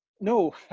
no